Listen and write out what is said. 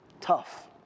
Tough